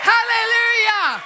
Hallelujah